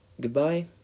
Goodbye